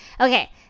Okay